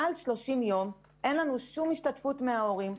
מעל 30 ימים אין שום השתתפות מצד ההורים,